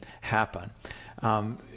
happen